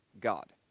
God